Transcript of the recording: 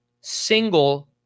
single